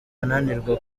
ananirwa